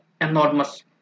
enormous